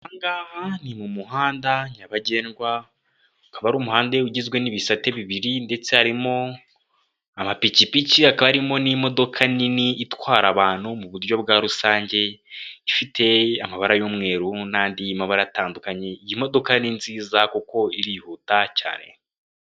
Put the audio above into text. Aha ngaha ni mu muhanda nyabagendwa, ukaba ari umuhanda ugizwe n'ibisate bibiri ndetse harimo amapikipiki, hakaba harimo n'imodoka nini itwara abantu mu buryo bwa rusange, ifite amabara y'umweru n'andi mabara atandukanye, iyi modoka ni nziza kuko irihuta cyane.